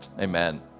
Amen